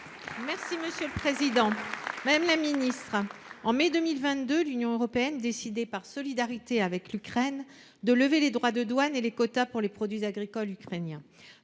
de la souveraineté alimentaire, en mai 2022, l’Union européenne décidait, par solidarité avec l’Ukraine, de lever les droits de douane et les quotas pour les produits agricoles ukrainiens.